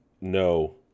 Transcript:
no